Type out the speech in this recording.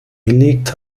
gelegt